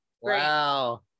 wow